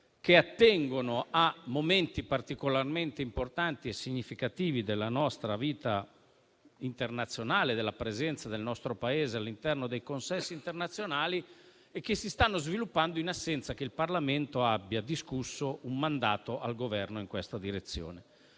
che attengono a momenti particolarmente importanti e significativi della nostra vita internazionale, della presenza del nostro Paese all'interno dei consessi internazionali, e che si stanno sviluppando senza che il Parlamento ne abbia discusso e abbia affidato un mandato al Governo in questa direzione.